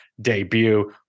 debut